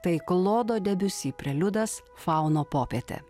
tai klodo debiusi preliudas fauno popietė